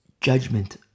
judgment